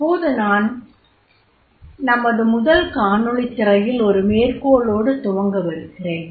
இப்போது நான் நமது முதல் காணொளித் திரையில் ஒரு மேற்கோளோடு துவங்கவிருக்கிறேன்